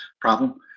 problem